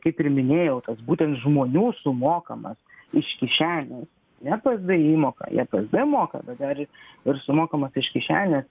kaip ir minėjau tas būtent žmonių sumokamas iš kišenės ne psd įmoka jie psd moka bet dar ir ir sumokama iš kišenės